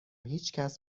هیچکس